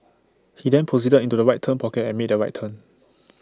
he then proceeded into the right turn pocket and made the right turn